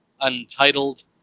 untitled